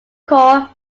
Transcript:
core